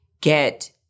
get